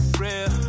real